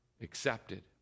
accepted